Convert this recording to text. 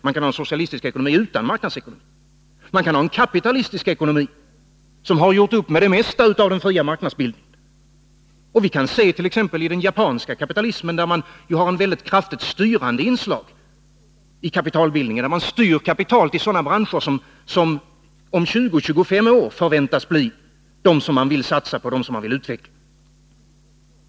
Man kan ha en socialistisk ekonomi utan marknadsekonomi. Man kan ha en kapitalistisk ekonomi som har gjort upp med det mesta av den fria marknadsbilden. Vi kan som exempel ta den japanska kapitalismen, där det finns ett mycket kraftigt styrande inslag i kapitalbildningen. Kapitalet styrs tillsådana branscher som om 20-25 år förväntas vara de som man vill satsa på och utveckla.